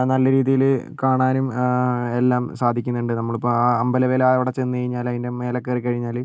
നല്ല രീതിയിൽ കാണാനും എല്ലാം സാധിക്കുന്നുണ്ട് നമ്മളിപ്പം ആ അമ്പലവലാ ആ അവിടെ മേലേക്കയറി കഴിഞ്ഞാൽ